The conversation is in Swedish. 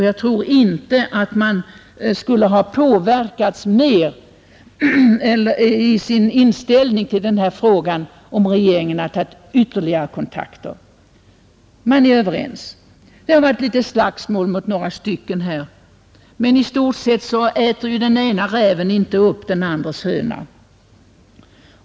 Jag tror inte att man skulle ha påverkats mer i sin inställning till den här frågan, om regeringen tagit ytterligare kontakter. Man är överens, Det har varit litet slagsmål mot några stycken, men i stort sett äter inte den ena räven upp den andras höna.